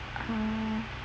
err